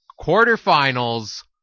quarterfinals